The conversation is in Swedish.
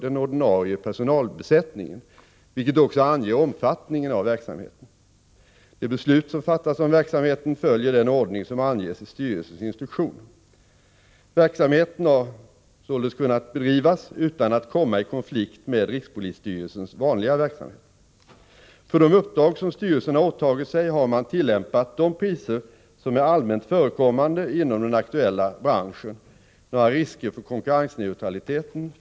Hur har avgränsningar kunnat göras dels gentemot rikspolisstyrelsens övriga uppgifter, dels gentemot det arbete polisen är skyldig att utföra enligt gällande instruktioner? 3. Hur garanteras konkurrensneutraliteten?